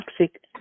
toxic